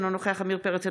אינו נוכח עמיר פרץ,